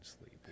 sleep